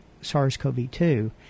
SARS-CoV-2